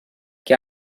que